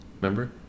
Remember